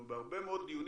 אנחנו בהרבה מאוד דיונים,